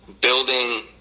building